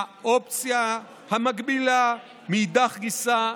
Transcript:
האופציה המקבילה, מאידך גיסא,